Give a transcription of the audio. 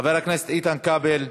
חבר הכנסת איתן כבל,